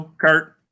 kurt